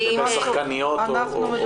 זה או שחקניות או --- כן.